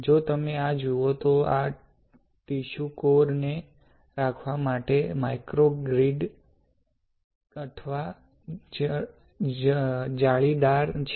જો તમે આ જુઓ તો આ ટિશ્યુ કોર ને રાખવા માટે માઇક્રો ગ્રિડ અથવા જાળીદાર છે